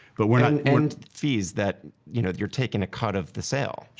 but we're not. and fees that, you know, you're taking a cut of the sale,